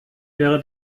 wäre